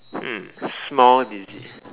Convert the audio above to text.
hmm small decision